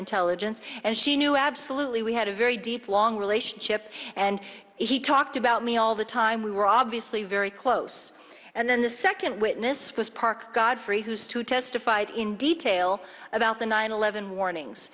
intelligence and she knew absolutely we had a very deep long relationship and he talked about me all the time we were obviously very close and then the second witness was park godfrey who's two testified in detail about the nine eleven warnings